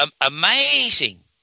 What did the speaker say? amazing